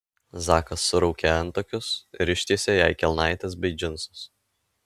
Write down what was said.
zakas suraukė antakius ir ištiesė jai kelnaites bei džinsus